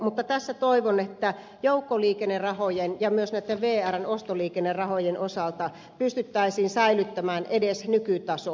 mutta tässä toivon että joukkoliikennerahojen ja myös näitten vrn ostoliikennerahojen osalta pystyttäisiin säilyttämään edes nykytaso